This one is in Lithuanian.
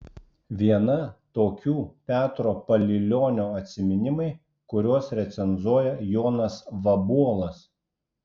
viena tokių petro palilionio atsiminimai kuriuos recenzuoja jonas vabuolas